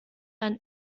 ein